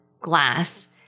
glass